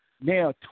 now